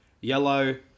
Yellow